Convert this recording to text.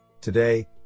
Today